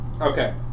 Okay